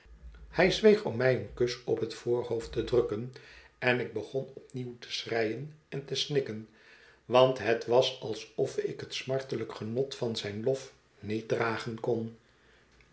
hij zweeg om mij een kus op het voorhoofd te drukken en ik begon opnieuw te schreien en te snikken want het was mij alsof ik het smartelijk genot van zijn lof niet dragen kon